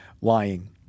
lying